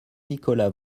nicolas